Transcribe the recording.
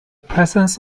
presence